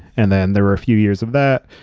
and then there were a few years of that.